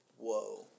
Whoa